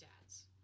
dads